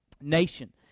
nation